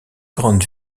grande